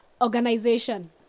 organization